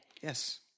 Yes